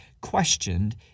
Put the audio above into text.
questioned